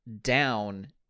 down